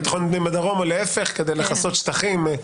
ביטחון פנים בדרום או להיפך כדי לכסות שטחים.